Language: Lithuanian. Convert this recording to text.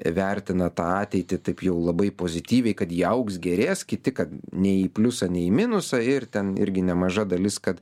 vertina tą ateitį taip jau labai pozityviai kad ji augs gerės kiti kad nei į pliusą nei į minusą ir ten irgi nemaža dalis kad